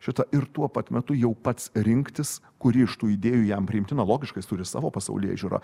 šita ir tuo pat metu jau pats rinktis kuri iš tų idėjų jam priimtina logiškai jis turi savo pasaulėžiūrą